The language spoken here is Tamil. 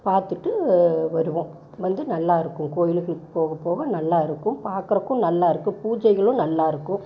பார்த்துட்டு வருவோம் வந்து நல்லா இருக்கும் கோவிலுகளுக்கு போக போக நல்லா இருக்கும் பார்க்கறக்கும் நல்லா இருக்கும் பூஜைகளும் நல்லா இருக்கும்